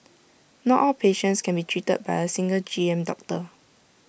not all patients can be treated by A single G M doctor